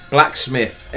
Blacksmith